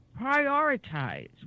prioritize